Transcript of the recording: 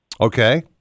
Okay